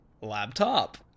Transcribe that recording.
laptop